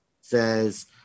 says